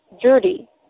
dirty